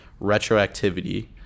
retroactivity